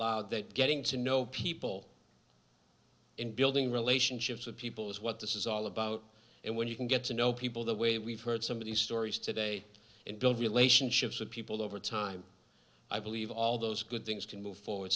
loud that getting to know people and building relationships with people is what this is all about and when you can get to know people the way we've heard some of these stories today and build relationships with people over time i believe all those good things can move forward